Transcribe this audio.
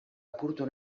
apurtu